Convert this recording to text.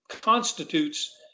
constitutes